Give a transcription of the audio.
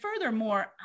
furthermore